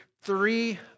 three